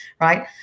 right